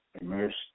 immersed